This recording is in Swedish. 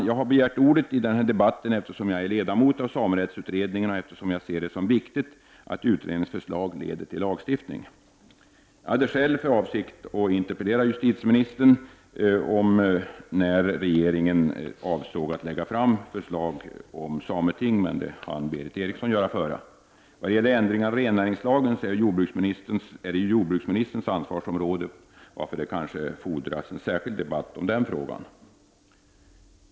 Jag har begärt ordet i denna debatt eftersom jag är ledamot av samerättsutredningen och eftersom jag ser det som viktigt att utredningens förslag leder till lagstiftning. Jag hade själv för avsikt att interpellera justitieministern om när regeringen avser att lägga fram förslag om sametinget. Berith Eriksson hann före mig. Ändringarna i rennäringslagen tillhör jordbruksministerns ansvarsområde, varför det kanske fordras en särskild debatt om den frågan.